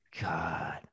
God